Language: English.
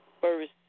first